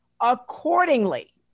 accordingly